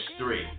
three